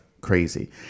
crazy